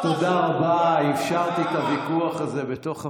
תודה רבה, אפשרתי את הוויכוח הזה בתוך המליאה.